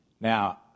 Now